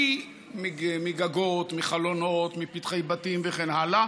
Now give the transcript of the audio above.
כי מגגות, מחלונות, מפתחי בתים וכן הלאה